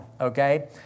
okay